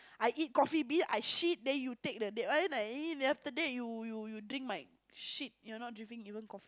I eat Coffee Bean I shit then you take the that one then after that you you you drink my shit you not drinking even coffee